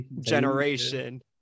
generation